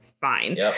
fine